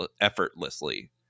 effortlessly